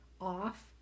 off